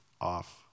off